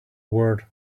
word